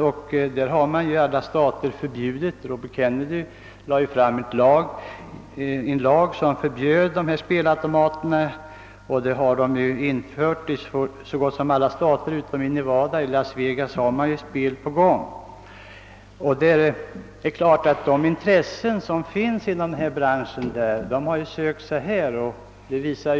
och där har man på förslag av senator Robert Kennedy i så gott som samtliga stater förbjudit spelautomater; det är endast i staten Nevada och Las Vegas som spel förekommer. De som har intresse i denna bransch har nu sökt sig hit till vårt land.